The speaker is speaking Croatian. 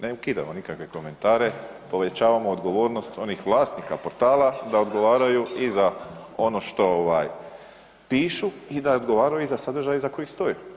Ne ukidamo nikakve komentare, povećavamo odgovornost onih vlasnika portala da odgovaraju i za ono što pišu i da odgovaraju i za sadržaje za kojih stoje.